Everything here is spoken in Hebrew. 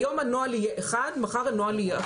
היום הנוהל יהיה נוהל מסוים ומחר הוא יהיה נוהל אחר.